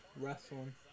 wrestling